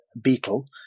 beetle